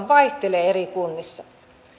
vaihtelee eri kunnissa